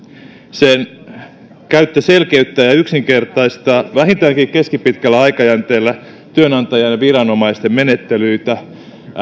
sen käyttö selkeyttää ja yksinkertaistaa vähintäänkin keskipitkällä aikajänteellä työnantajan ja viranomaisten menettelyitä